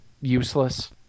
useless